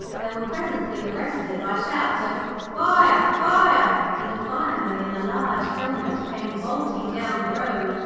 they were presently arrested by shouts of fire! fire and a fireman in a large helmet came bolting down the road,